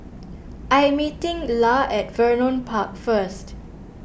I meeting Llah at Vernon Park first